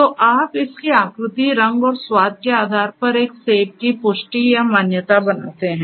तो आप इसकी आकृति रंग और स्वाद के आधार पर एक सेब की पुष्टि या मान्यता बनाते हैं